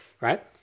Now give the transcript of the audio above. right